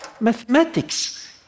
mathematics